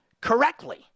correctly